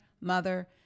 mother